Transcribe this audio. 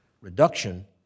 reduction